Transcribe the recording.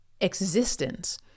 existence